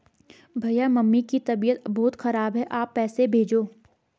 भैया मम्मी की तबीयत बहुत खराब है आप पैसे भेजो